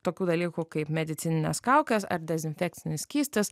tokių dalykų kaip medicininės kaukės ar dezinfekcinis skystis